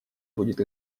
будет